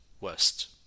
West